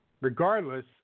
Regardless